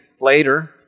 later